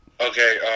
Okay